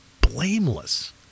blameless